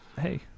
hey